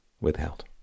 withheld